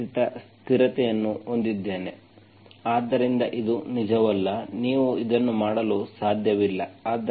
ಆದ್ದರಿಂದ ಇದು ನಿಜವಲ್ಲ ನೀವು ಇದನ್ನು ಮಾಡಲು ಸಾಧ್ಯವಿಲ್ಲ